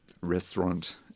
restaurant